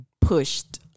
pushed